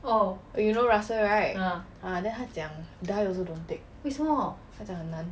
you know russell right ah then 他讲 die also don't take 他讲很难